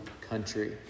country